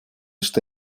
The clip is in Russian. что